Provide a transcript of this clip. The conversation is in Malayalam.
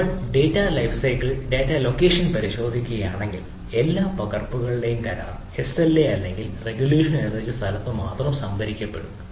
നമ്മൾ data life cycle data location പരിശോധിക്കുകയാണെങ്കിൽ എല്ലാ പകർപ്പുകളും കരാർ എസ്എൽഎ അല്ലെങ്കിൽ റെഗുലേഷൻ അനുവദിച്ച സ്ഥലത്ത് മാത്രം സംഭരിക്കപ്പെടും